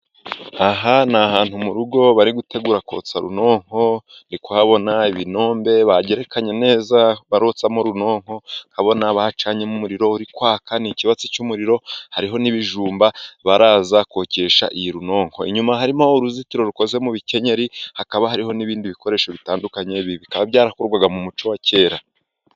Aha ni ahantu mu rugo bari gutegura kotsa runonko. Ndi kuhabona ibinombe bagererekanya neza barotsamo urunonko. Nkabona bacanyemo umuriro uri kwaka. Ni ikibatsi cy'umuriro hariho n'ibijumba baraza kokesha iyi runonko. Inyuma harimo uruzitiro rukoze mu bikenyeri hakaba hariho n'ibindi bikoresho bitandukanye, bikaba byarakorwaga mu muco wa kera.